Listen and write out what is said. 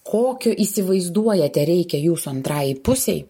kokiu įsivaizduojate reikia jūsų antrajai pusei